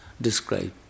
describe